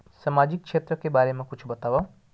सामाजिक क्षेत्र के बारे मा कुछु बतावव?